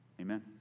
Amen